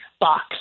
box